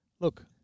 look